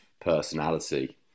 personality